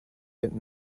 get